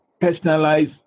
personalized